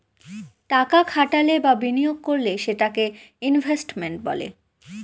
টাকা খাটালে বা বিনিয়োগ করলে সেটাকে ইনভেস্টমেন্ট বলে